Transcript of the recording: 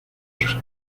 sus